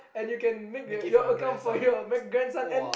and you can make the your account for your grandson and